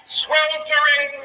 sweltering